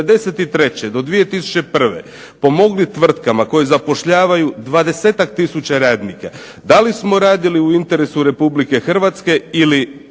do 2001. pomogli tvrtkama koje zapošljavaju 20 tisuća radnika, da li smo radili u interesu Republike Hrvatske ili